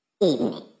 evening